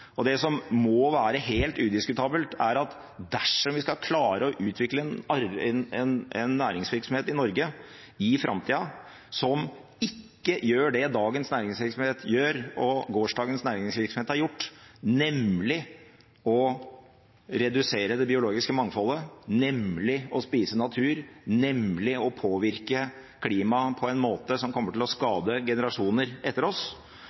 Det som må være helt udiskutabelt, er at dersom vi skal klare å utvikle en næringsvirksomhet i Norge i framtida som ikke gjør det dagens næringsvirksomhet gjør og gårsdagens næringsvirksomhet har gjort, nemlig å redusere det biologiske mangfoldet, spise natur og påvirke klimaet på en måte som kommer til å skade generasjoner etter oss,